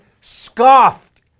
scoffed